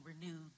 renewed